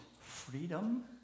freedom